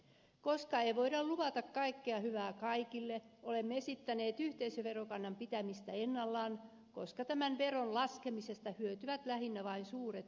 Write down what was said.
koska ei voida luvata kaikkea hyvää kaikille olemme esittäneet yhteisöverokannan pitämistä ennallaan koska tämän veron laskemisesta hyötyvät lähinnä vain suuret yritykset